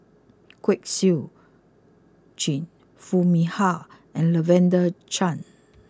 Kwek Siew Jin Foo Mee Har and Lavender Chang